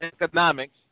economics